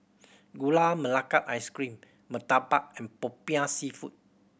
Gula Melaka Ice Cream murtabak and Popiah Seafood